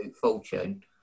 fortune